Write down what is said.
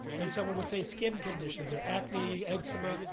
then someone would say skin conditions or acne, eczema,